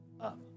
up